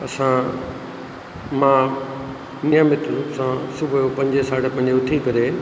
असां मां नेम सां सुबूह जो पंजे साढे पंजे बजे उथी करे